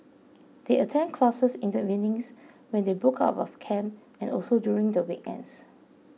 they attend classes in the evenings when they book out of camp and also during the weekends